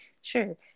sure